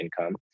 income